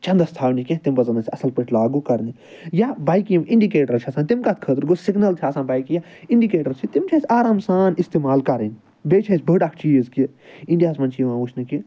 چَنٛدَس تھاونہِ کیٚنٛہہ تِم پَزَن اسہِ اصٕل پٲٹھۍ لاگوٗ کرنہِ یا بایکہِ یِم اِنڈِکیٹر چھِ آسان تِم کَتھ خٲطرٕ گوٚو سِگنَل چھِ آسان بایکہِ یا اِنڈِکیٹر چھِ تِم چھِ اسہِ آرام سان اِستعمال کرٕنۍ بیٚیہِ چھِ اسہِ بٔڑ اکھ چیٖز کہِ اِنڈیا ہَس منٛز چھُ یِوان وُچھنہٕ کہِ